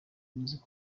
uzi